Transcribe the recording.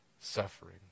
suffering